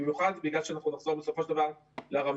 במיוחד בגלל שאנחנו נחזור בסופו של דבר לרמזור.